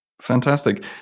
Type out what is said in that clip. Fantastic